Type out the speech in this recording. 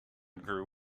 grew